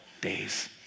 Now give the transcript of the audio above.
days